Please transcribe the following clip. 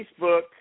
Facebook